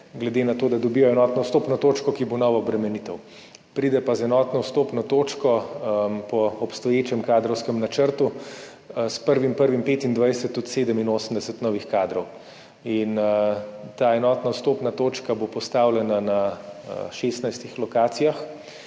glede na to, da dobijo enotno vstopno točko, ki bo nova obremenitev. Pride pa z enotno vstopno točko po obstoječem kadrovskem načrtu s 1. 1. 2025 tudi 87 novih kadrov. Ta enotna vstopna točka bo postavljena na 16 lokacijah,